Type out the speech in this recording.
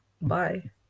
bye